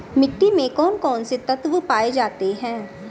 मिट्टी में कौन कौन से तत्व पाए जाते हैं?